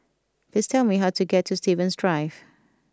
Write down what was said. please tell me how to get to Stevens Drive